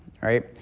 right